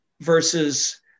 Versus